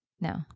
no